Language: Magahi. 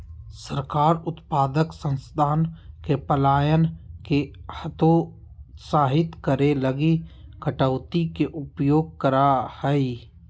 सरकार उत्पादक संसाधन के पलायन के हतोत्साहित करे लगी कटौती के उपयोग करा हइ